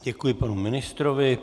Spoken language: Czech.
Děkuji panu ministrovi.